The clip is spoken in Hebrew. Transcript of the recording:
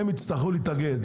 הם יצטרכו להתאגד.